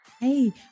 Hey